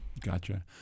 Gotcha